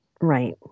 right